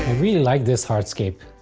really like this hardscape.